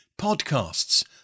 podcasts